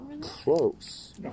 Close